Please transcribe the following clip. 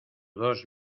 dos